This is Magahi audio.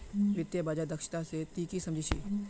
वित्तीय बाजार दक्षता स ती की सम झ छि